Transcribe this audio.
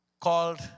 called